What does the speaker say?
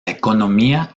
economía